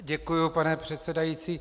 Děkuji, pane předsedající.